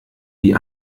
die